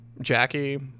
Jackie